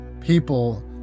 people